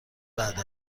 بعد